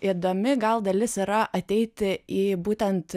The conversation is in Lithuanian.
įdomi gal dalis yra ateiti į būtent